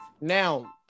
Now